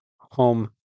home